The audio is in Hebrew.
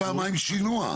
אחרת זה פעמיים שינוע.